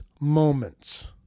moments